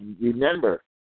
remember